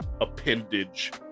appendage